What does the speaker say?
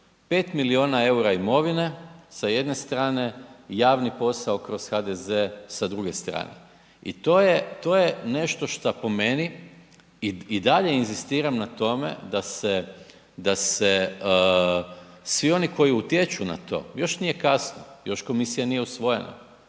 5 milijuna EUR-a imovine sa jedne strane, javni posao kroz HDZ sa druge strane i to je, to je nešto šta po meni i dalje inzistiram na tome da se, da se svi oni koji utječu na to, još nije kasno, još komisija nije usvojena,